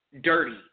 dirty